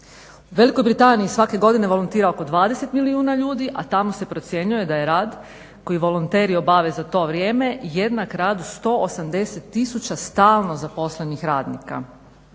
U Velikoj Britaniji svake godine volontira oko 20 milijuna ljudi, a tamo se procjenjuje da je rad koji volonteri obave za to vrijeme jednak radu 180 000 stalno zaposlenih radnika.